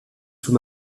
sous